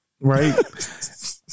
right